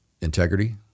integrity